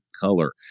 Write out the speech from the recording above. color